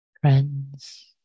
friends